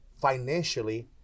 financially